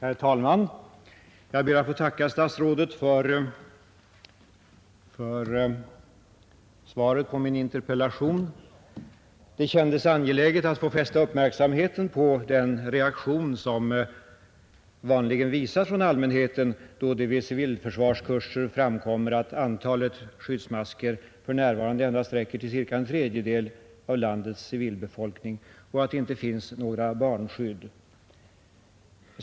Herr talman! Jag ber att få tacka statsrådet för svaret på min interpellation. Det kändes angeläget att fästa uppmärksamheten på den reaktion som vanligen visas från allmänheten, då det vid civilförsvarskurser framkommer att antalet skyddsmasker för närvarande endast räcker till cirka en tredjedel av landets civilbefolkning och att det inte finns några barnskydd.